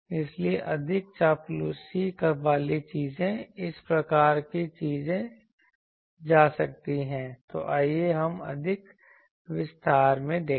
इसलिए अधिक चापलूसी वाली चीजें इस प्रकार की चीजें की जा सकती हैं तो आइए हम अधिक विस्तार से देखें